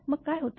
मग काय होतं